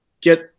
get